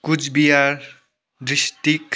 Cooch Behar district